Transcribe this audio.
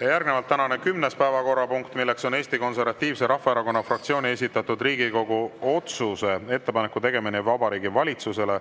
Järgnevalt tänane 10. päevakorrapunkt, Eesti Konservatiivse Rahvaerakonna fraktsiooni esitatud Riigikogu otsuse "Ettepaneku tegemine Vabariigi Valitsusele